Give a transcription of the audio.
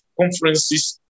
conferences